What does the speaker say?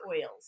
oils